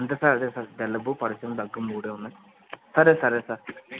అంతే సార్ అదే సార్ జలుబు పడిశం దగ్గు మూడు ఉన్నాయి సరే సరే సార్